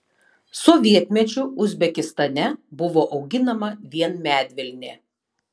sovietmečiu uzbekistane buvo auginama vien medvilnė